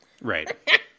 right